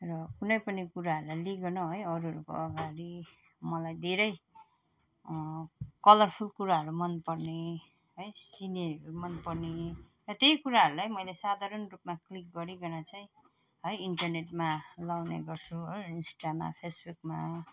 र कुनै पनि कुराहरूलाई लिईकन है अरूहरूको अगाडि मलाई धेरै कलरफुल कुराहरू मन पर्ने है सिनेरीहरू मन पर्ने र त्यही कुराहरूलाई मैले साधारण रूपमा क्लिक गरीकन चाहिँ है इन्टरनेटमा लगाउने गर्छु है इन्स्टामा फेसबुकमा